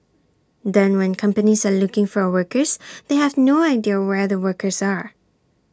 then when companies are looking for workers they have no idea where the workers are